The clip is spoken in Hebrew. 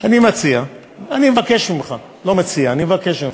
אני מציע, אני מבקש ממך, לא מציע, אני מבקש ממך,